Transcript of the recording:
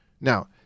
Now